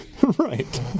Right